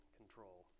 control